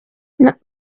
not